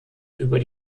über